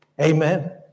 amen